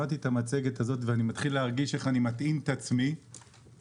בזמן שראיתי את המצגת התחלתי להרגיש איך אני מטעין את עצמי בתסכול.